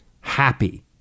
happy